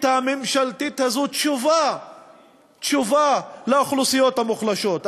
הממשלתית הזאת תשובה לאוכלוסיות המוחלשות.